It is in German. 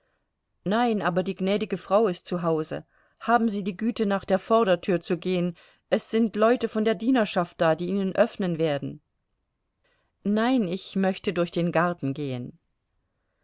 nein aber die gnädige frau ist zu hause haben sie die güte nach der vordertür zu gehen es sind leute von der dienerschaft da die ihnen öffnen werden nein ich möchte durch den garten gehen